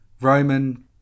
Roman